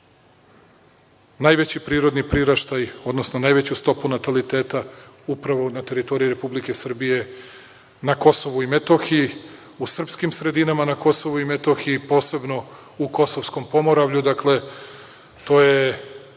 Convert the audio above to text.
najveći prirodni priraštaj, odnosno najveću stopu nataliteta upravo na teritoriji Republike Srbije na Kosovu i Metohiji, u srpskim sredinama na Kosovu i Metohiji, posebno u Kosovskom Pomoravlju, dakle, to je